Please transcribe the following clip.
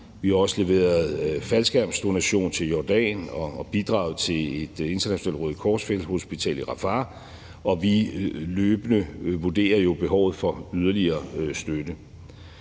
Vi har også leveret faldskærmsdonation til Jordan og bidraget til et internationalt Røde Kors-felthospital i Rafah, og vi vurderer jo løbende behovet for yderligere støtte.